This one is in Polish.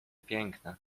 piękna